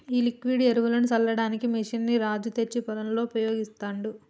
ఈ లిక్విడ్ ఎరువులు సల్లడానికి మెషిన్ ని రాజు తెచ్చి పొలంలో ఉపయోగిస్తాండు